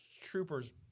troopers